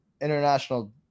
international